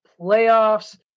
playoffs